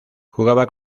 jugaba